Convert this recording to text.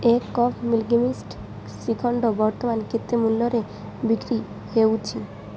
ଏକ cup Milky Mist shrikhand ବର୍ତ୍ତମାନ କେତେ ମୂଲ୍ୟରେ ବିକ୍ରି ହେଉଛି